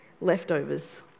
leftovers